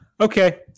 Okay